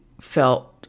felt